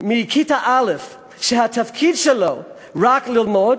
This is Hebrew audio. מכיתה א' שהתפקיד שלו הוא רק ללמוד,